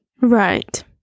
Right